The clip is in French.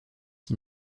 qui